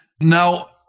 Now